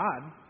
God